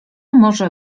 może